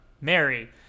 Mary